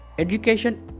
Education